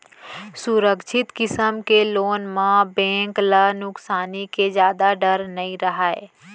सुरक्छित किसम के लोन म बेंक ल नुकसानी के जादा डर नइ रहय